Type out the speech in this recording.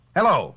Hello